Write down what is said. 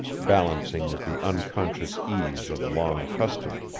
balancing with the unconscious ease of long custom.